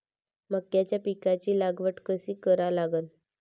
मक्याच्या पिकाची लागवड कशी करा लागन?